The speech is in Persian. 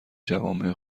جوامع